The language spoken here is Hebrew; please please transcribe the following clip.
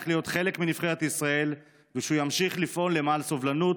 להיות חלק מנבחרת ישראל ושהוא ימשיך לפעול למען סובלנות,